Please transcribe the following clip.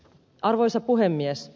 arvoisa puhemies